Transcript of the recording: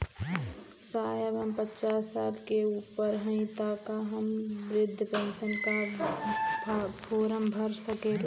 साहब हम पचास साल से ऊपर हई ताका हम बृध पेंसन का फोरम भर सकेला?